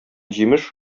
җимеш